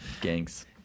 Gangs